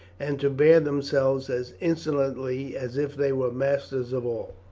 and to bear themselves as insolently as if they were masters of all.